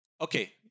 Okay